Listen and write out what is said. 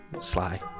Sly